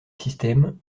système